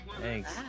thanks